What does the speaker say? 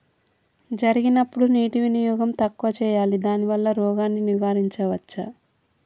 జరిగినప్పుడు నీటి వినియోగం తక్కువ చేయాలి దానివల్ల రోగాన్ని నివారించవచ్చా?